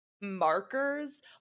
markers